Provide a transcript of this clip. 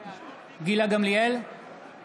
בעד מאזן גנאים, אינו נוכח בנימין גנץ, נגד משה